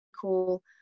cool